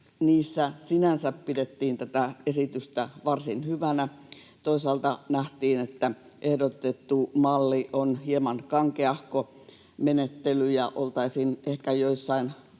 Niissä sinänsä pidettiin tätä esitystä varsin hyvänä. Toisaalta nähtiin, että ehdotettu malli on hieman kankeahko menettely, ja oltaisiin ehkä joissain lausunnoissa